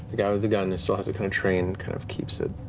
the guy with the gun and still has a kind of trained, kind of keeps it